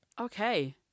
Okay